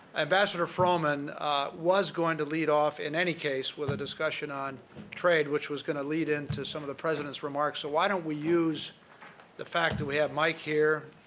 ambassador froman was going to lead off in any case with a discussion on trade, which was going to lead into some of the president's remarks. so, why don't we use the fact that we have mike here,